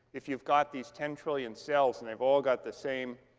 if you've got these ten trillion cells, and they've all got the same